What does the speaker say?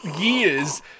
years